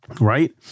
Right